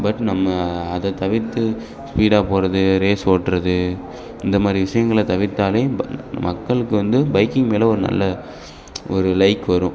but நம்ம அதைத் தவிர்த்து ஸ்பீடாக போவது ரேஸ் ஓட்டுறது இந்த மாதிரி விஷயங்கள தவிர்த்தாலே ப மக்களுக்கு வந்து பைக்கிங் மேல் ஒரு நல்ல ஒரு லைக் வரும்